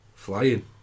Flying